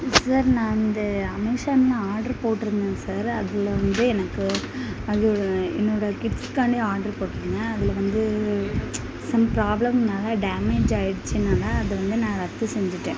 sir நான் இந்த அமேசான்ல ஆர்ட்ரு போட்டிருந்தேன் சார் அதில் வந்து எனக்கு அது என்னோடய கிட்ஸுக்கான்டி ஆர்ட்ரு போட்டிருந்தேன் அதில் வந்து சம் ப்ராப்ளம்னால் டேமேஜ் ஆயிடுச்சினால் அதை வந்து நான் ரத்து செஞ்சிகிட்டேன்